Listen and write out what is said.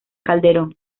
calderón